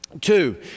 Two